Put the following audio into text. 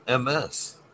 MS